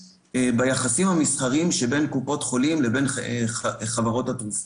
ביחסים המסחריים שבין קופות חולים לבין חברות התרופות.